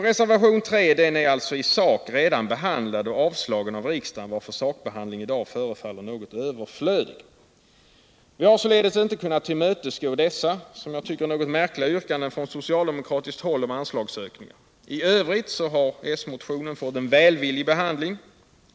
Reservationen 3 är i sak redan behandlad och avslagen av riksdagen, varför sakbehandling i dag förefaller överflödig. Utskottet har således inte kunnat tillmötesgå dessa, som jag tycker, något märkliga yrkanden från socialdemokratiskt håll om anslagsökningar. I övrigt har s-motionen fått en välvillig behandling.